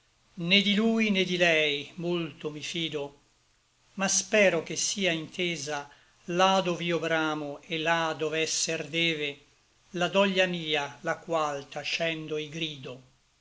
né di lui né di lei molto mi fido ma spero che sia intesa là dov'io bramo et là dove esser deve la doglia mia la qual tacendo i grido